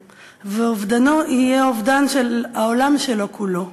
ואובדנו יהיה אובדנו של העולם שלו כולו.